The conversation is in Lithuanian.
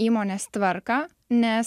įmonės tvarką nes